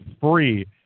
free